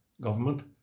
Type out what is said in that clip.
government